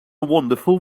wonderful